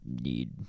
need